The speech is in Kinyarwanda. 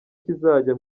kizajya